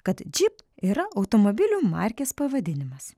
kad džyp yra automobilių markės pavadinimas